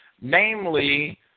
namely